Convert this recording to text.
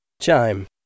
Chime